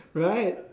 right